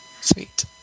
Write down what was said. Sweet